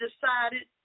decided